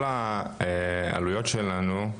כל העלויות שלנו,